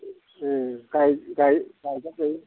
गायदेरजायो